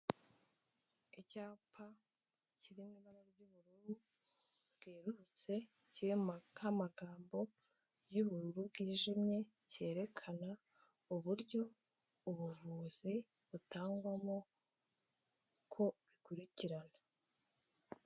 Icyapa kiri mu ibara ry'ubururu bwerurutse kirimo nk'amagambo y'ubururu bwijimye, cyerekana uburyo ubuvuzi butangwamo uko bikurikirana.